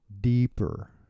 deeper